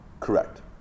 Correct